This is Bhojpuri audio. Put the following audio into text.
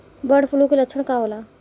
बर्ड फ्लू के लक्षण का होला?